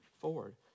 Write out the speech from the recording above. forward